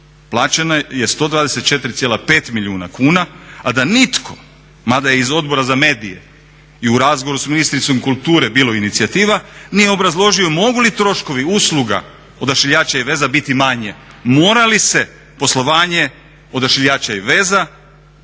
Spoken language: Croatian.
plaćeno je 124,5 milijuna kuna, a da nitko, mada je iz Odbora za medije i u razgovoru s ministricom kulture bilo inicijativa, nije obrazložio mogu li troškovi usluga Odašiljača i veza biti manji, mora li se poslovanje Odašiljača i veza